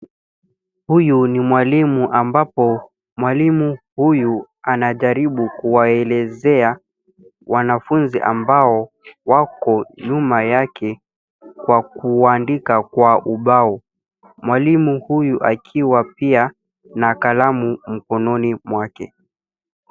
Huyu ni mwalimu ambapo mwalimu huyu anajaribu kuwaelezea wanafunzi ambao wako nyuma yake kwa kuandika kwa ubao. Mwalimu huyu akiwa pia na kalamu mkononi mwake.